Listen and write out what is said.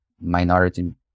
minority